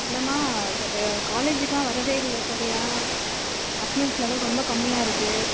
இல்லைம்மா காலேஜுக்கெலாம் வரதே இல்லை சரியாக அட்னன்ஸ் லெவல் ரொம்ப கம்மியாக இருக்குது